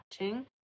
watching